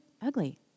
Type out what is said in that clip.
ugly